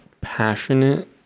passionate